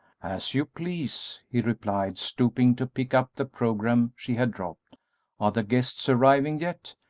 as you please, he replied, stooping to pick up the programme she had dropped are the guests arriving yet?